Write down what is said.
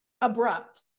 abrupt